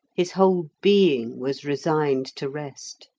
his whole being was resigned to rest.